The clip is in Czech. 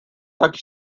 tak